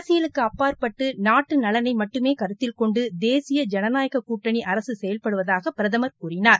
அரசியலுக்கு அப்பாற்பட்டு நாட்டு நலனை மட்டுமே கருத்தில் கொண்டு தேசிய ஜனநாயகக் கூட்டணி அரசு செயல்படுவதாக பிரதமர் கூறினார்